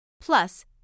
Plus